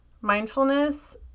mindfulness